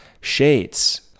shades